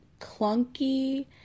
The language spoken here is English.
clunky